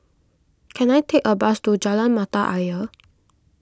can I take a bus to Jalan Mata Ayer